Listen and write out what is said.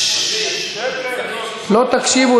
19) לא תקשיבו,